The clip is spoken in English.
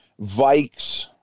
Vikes